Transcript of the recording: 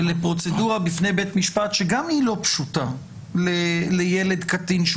לפרוצדורה בפני בית משפט שגם היא לא פשוטה לילד קטין,